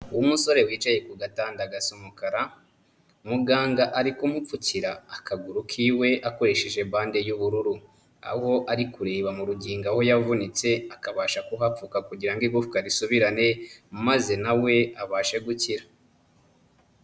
Umusore wicaye ugatanda agaca umukara, muganga ari kumupfukira akaguru kiwe akoresheje bande y'ubururu, aho ari kureba mu rugingo aho yavunitse akabasha kuhapfuka kugira ngo igufwa risubirane, maze nawe abashe gukira.